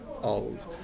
old